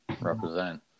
Represent